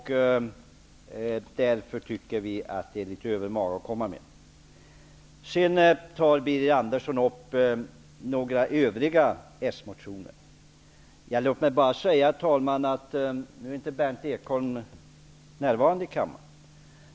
Därför anser vi att det är litet övermaga att komma med ett sådant förslag. Birger Andersson berör sedan några övriga smotioner. Nu är inte Berndt Ekholm närvarande i kammaren.